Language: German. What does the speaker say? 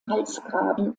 halsgraben